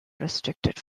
restricted